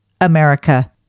America